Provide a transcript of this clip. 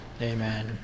Amen